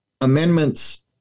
amendments